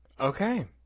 Okay